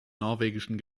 norwegischen